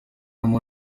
umuntu